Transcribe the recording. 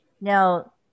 Now